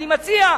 אני מציע,